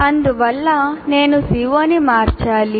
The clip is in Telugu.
అందువల్ల నేను CO ని మార్చాలి